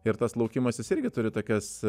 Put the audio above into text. ir tas laukimas jis irgi turi tokias